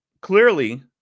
clearly